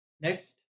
next